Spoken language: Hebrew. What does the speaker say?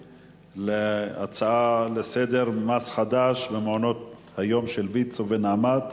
להצעה לסדר-היום: מס חדש במעונות-היום של ויצו ו"נעמת".